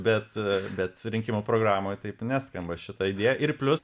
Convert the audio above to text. bet a bet rinkimo programoj taip neskamba šita idėja ir plius